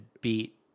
beat